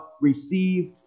received